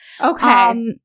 Okay